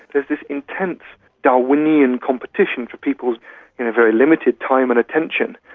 there's this intense darwinian competition for people's very limited time and attention,